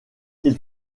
ils